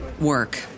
work